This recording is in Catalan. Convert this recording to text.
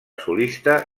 solista